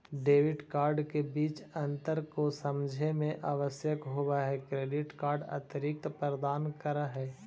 Debit card के बीच अंतर को समझे मे आवश्यक होव है क्रेडिट कार्ड अतिरिक्त प्रदान कर है?